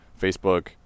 Facebook